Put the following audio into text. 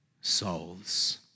souls